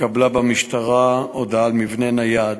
התקבלה במשטרה הודעה על מבנה נייד,